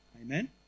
Amen